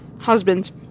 Husbands